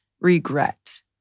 regret